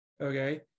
okay